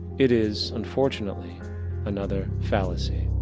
it is unfortunately another fallacy.